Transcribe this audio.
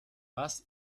was